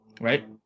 right